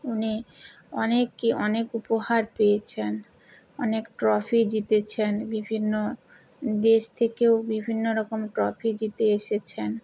উনি অনেকই অনেক উপহার পেয়েছেন অনেক ট্রফি জিতেছেন বিভিন্ন দেশ থেকেও বিভিন্ন রকম ট্রফি জিতে এসেছেন